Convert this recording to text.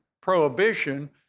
prohibition